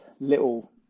little